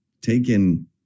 taken –